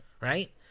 right